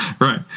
Right